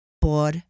por